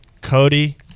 Cody